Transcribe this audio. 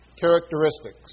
characteristics